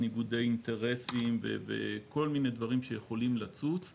ניגודי אינטרסים וכל מיני דברים שיכולים לצוץ,